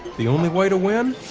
the only way to win?